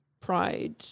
Pride